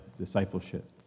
discipleship